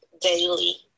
daily